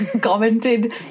commented